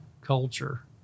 culture